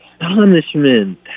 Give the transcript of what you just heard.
Astonishment